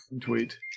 tweet